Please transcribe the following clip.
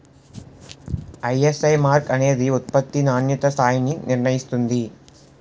ISI mark అనేది ఉత్పత్తి నాణ్యతా స్థాయిని నిర్ణయిస్తుంది